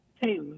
Hey